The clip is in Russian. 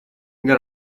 для